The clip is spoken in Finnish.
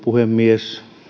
puhemies